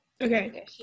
Okay